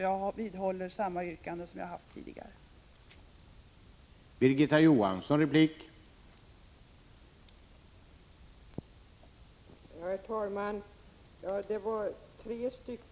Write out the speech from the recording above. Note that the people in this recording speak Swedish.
Jag vidhåller mitt tidigare yrkande.